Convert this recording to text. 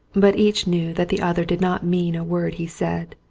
but each knew that the other did not mean a word he said.